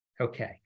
Okay